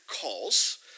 calls